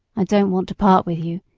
i don't want to part with you,